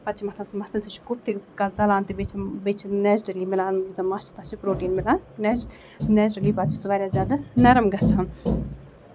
پَتہٕ چھُ مَتھان سُہ مَستَس تمہِ سۭتۍ چھُ کُوپھ تہِ ژَلان تہٕ بیٚیہِ چھِ نیچرٔلی مِلان یُس زن مَس چھُ تتھ چھُ پروٹیٖن مِلان نیچرٔلی پَتہٕ چھُ سُہ واریاہ زیادٕ نَرٕم گژھان